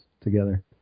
together